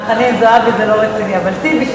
חנין זועבי זה לא רציני, אבל טיבי,